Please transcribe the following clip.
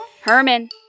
Herman